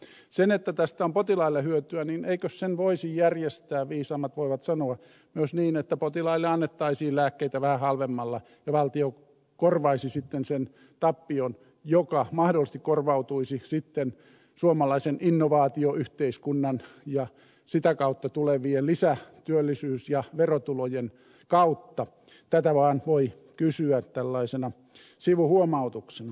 eikös sen että tästä on potilaille hyötyä voisi järjestää viisaammat voivat sanoa myös niin että potilaille annettaisiin lääkkeitä vähän halvemmalla ja valtio korvaisi sitten sen tappion joka mahdollisesti korvautuisi sitten suomalaisen innovaatioyhteiskunnan ja sitä kautta tulevien lisätyöllisyys ja verotulojen kautta tätä vaan voi kysyä tällaisena sivuhuomautuksena